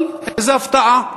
אוי, איזה הפתעה.